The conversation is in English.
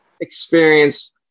experience